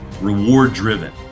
reward-driven